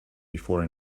before